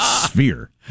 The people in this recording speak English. sphere